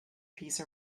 piece